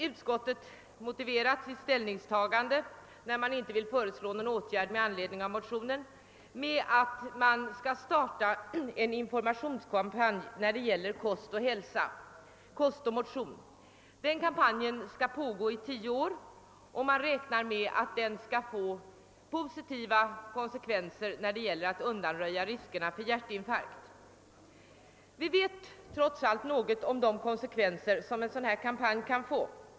Utskottet vill inte föreslå någon åtgärd med anledning av motionen och har motiverat sitt ställningstagande med att en informationskampanj beträffande kost och motion skall startas. Den skall pågå i tio år, och man räknar med att den skall få positiva konsekvenser när det gäller att undanröja riskerna för hjärtinfarkt. Vi vet trots allt något om de konsekvenser som en sådan kampanj kan få.